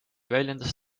väljendas